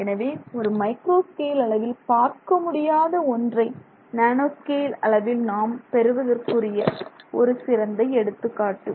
எனவே ஒரு micro scale அளவில் பார்க்க முடியாத ஒன்றை நேனோ ஸ்கேல் அளவில் நாம் பெறுவதற்குரிய ஒரு சிறந்த எடுத்துக்காட்டாகும்